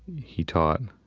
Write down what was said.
he taught,